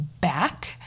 back